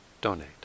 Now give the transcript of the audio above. donate